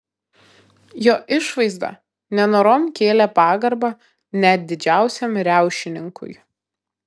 jo išvaizda nenorom kėlė pagarbą net didžiausiam riaušininkui